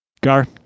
gar